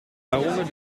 waaronder